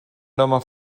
aroma